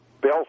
Bell